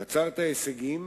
קצרת הישגים